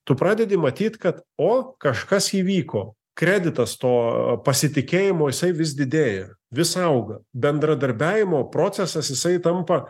tu pradedi matyt kad o kažkas įvyko kreditas to pasitikėjimo jisai vis didėja vis auga bendradarbiavimo procesas jisai tampa